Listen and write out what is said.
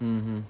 mmhmm